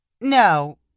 No